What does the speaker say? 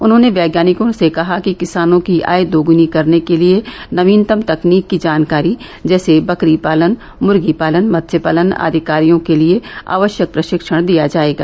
उन्होंने वैज्ञानिकों से कहा कि किसानों की आय दोग्नी करने के लिए नवीनतम तकनीक की जानकारी जैसे बकरी पालन मुर्गी पालन मत्स्य पालन आदि कार्यो के लिए आवश्यक प्रशिक्षण दिया जायेगा